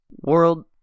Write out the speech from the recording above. world